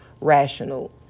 rational